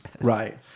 right